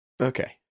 Okay